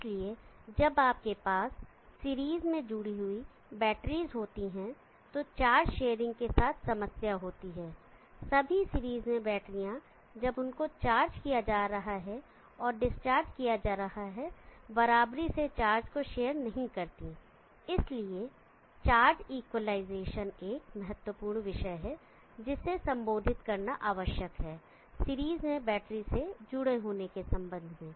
इसलिए जब आपके पास सीरीज में जुड़ी हुई बैटरीज होती हैं तो चार्ज शेयरिंग के साथ समस्या होती है सभी सीरीज में बैटरीया जब उनको चार्ज किया जा रहा है और डिस्चार्ज किया जा रहा है बराबरी से चार्ज को शेयर नहीं करती और इसलिए चार्ज इक्वलाइजेशन एक महत्वपूर्ण विषय है जिसे संबोधित करना आवश्यक है सीरीज में बैटरी से जुड़े होने के संबंध में